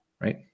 right